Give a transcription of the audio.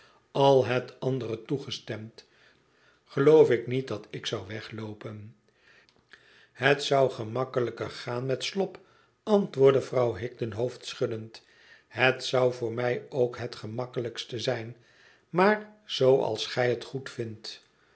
al het andere toegestemd geloof ik niet dat ik zou wegloopen het zou gemakkelijker gaan met slop antwoordde vrouw higden hoofdschuddend het zou voor mij ook het gemakkelijkste zijn maar zooals gij